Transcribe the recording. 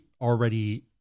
already